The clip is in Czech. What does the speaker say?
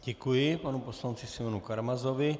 Děkuji panu poslanci Simeonu Karamazovi.